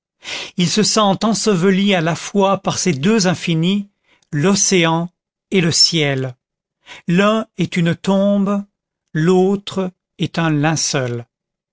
il se sent enseveli à la fois par ces deux infinis l'océan et le ciel l'un est une tombe l'autre est un